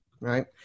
Right